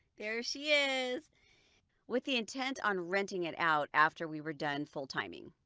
there she is with the intent on renting it out after we were done full timing